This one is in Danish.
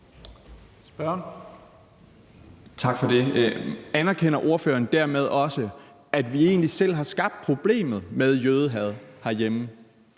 Bjørn (DF): Tak for det. Anerkender ordføreren dermed også, at vi egentlig selv har skabt problemet med jødehad herhjemme?